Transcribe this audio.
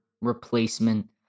replacement